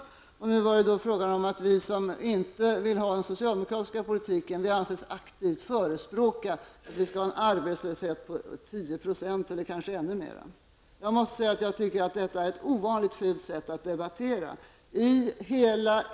Nu var det fråga om att vi som inte vill ha den socialdemokratiska politiken anses aktivt förespråka en arbetslöshet på 10 % eller kanske ännu mera. Detta är ett ovanligt fult sätt att debattera.